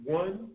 one